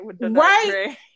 right